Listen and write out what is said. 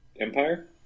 Empire